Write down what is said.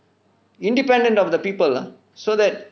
independent of the people ah so that